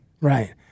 right